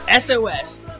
SOS